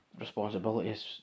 responsibilities